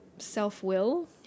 self-will